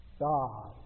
God